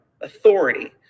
authority